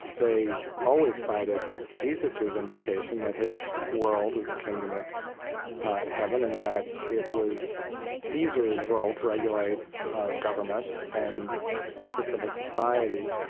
they always cited jesus' invocation that his world was the kingdom of heaven, and that it was caesar's role to regulate government and the civil society.